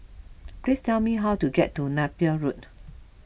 please tell me how to get to Napier Road